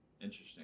interesting